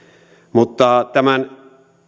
mutta tämän